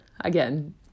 again